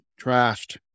trashed